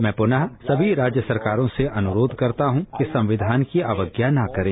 मैं पूनः सभी राज्य सरकारों से अनुरोष करता हूं कि संविधान की अवज्ञा न करें